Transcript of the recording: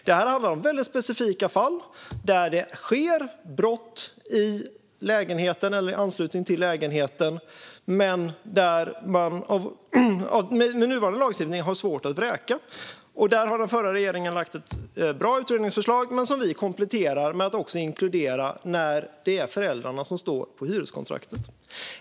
Det här handlar om väldigt specifika fall, där det sker brott i eller i anslutning till en lägenhet där man med nuvarande lagstiftning har svårt att göra en vräkning. Den förra regeringen har lagt fram ett bra utredningsdirektiv, men vi kompletterar det med att också inkludera situationen där föräldrarna står på hyreskontraktet.